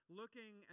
looking